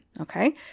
Okay